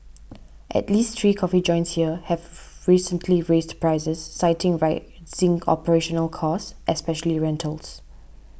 at least three coffee joints here have recently raised prices citing rising operational costs especially rentals